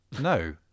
No